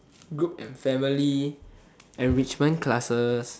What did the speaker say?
group and family enrichment classes